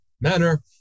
manner